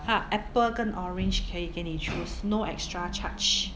他 apple 跟 orange 可以给你 choose no extra charge